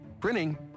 printing